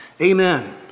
Amen